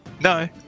no